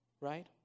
Right